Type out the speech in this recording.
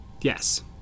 Yes